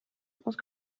muss